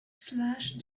slash